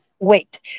Wait